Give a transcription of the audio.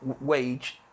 wage